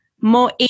more